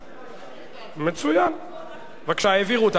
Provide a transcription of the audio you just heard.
בבקשה.